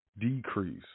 decrease